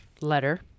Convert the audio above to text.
letter